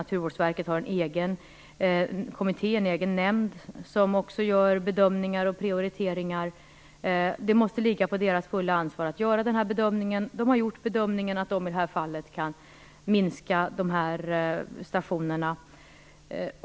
Naturvårdsverket har en egen nämnd som också gör bedömningar och prioriteringar. Det måste ligga på deras fulla ansvar att göra den här bedömningen. Man har gjort bedömningen att man i det här fallet kan minska antalet stationer.